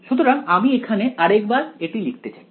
সুতরাং আমি এখানে আরেকবার এটি লিখতে চাই